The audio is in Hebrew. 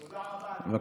תודה רבה, אדוני.